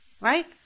Right